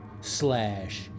Slash